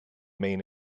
main